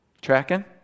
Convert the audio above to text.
Tracking